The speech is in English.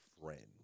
friend